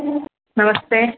नमस्ते